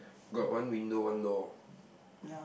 got one window one door